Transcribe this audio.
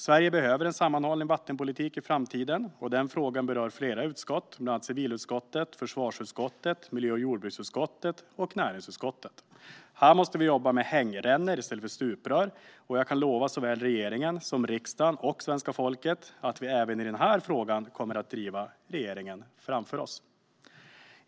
Sverige behöver en sammanhållen vattenpolitik i framtiden. Frågan berör flera utskott, bland andra civilutskottet, försvarsutskottet, miljö och jordbruksutskottet och näringsutskottet. Här måste vi jobba med hängrännor i stället för stuprör, och jag kan lova såväl regeringen som riksdagen och svenska folket att vi även i den här frågan kommer att driva regeringen framför oss.